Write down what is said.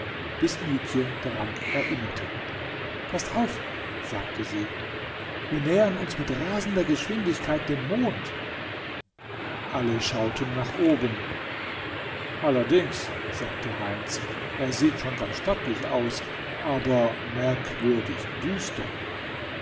bis mietje daran erinnerte paßt auf sagte sie wir nähern uns mit rasender geschwindigkeit dem mond alle schauten nach oben allerdings sagte heinz er sieht schon ganz stattlich aus aber merkwürdig düster